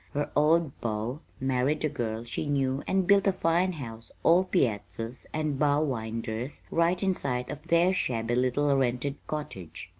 her old beau, married a girl she knew and built a fine house all piazzas and bow-winders right in sight of their shabby little rented cottage,